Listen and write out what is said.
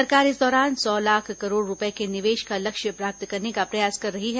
सरकार इस दौरान सौ लाख करोड़ रुपए को निवेश का लक्ष्य प्राप्त करने के प्रयास कर रही है